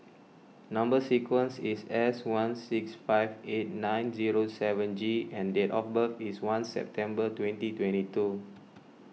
Number Sequence is S one six five eight nine zero seven G and date of birth is one September twenty twenty two